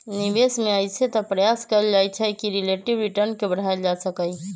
निवेश में अइसे तऽ प्रयास कएल जाइ छइ कि रिलेटिव रिटर्न के बढ़ायल जा सकइ